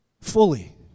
fully